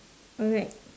alright